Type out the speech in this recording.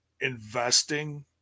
investing